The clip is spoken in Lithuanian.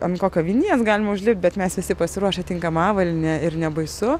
ant kokio vinies galima užlipt bet mes visi pasiruošę tinkama avalyne ir nebaisu